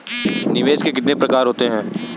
निवेश के कितने प्रकार होते हैं?